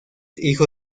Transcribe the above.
hijo